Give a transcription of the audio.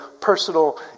personal